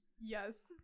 yes